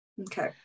Okay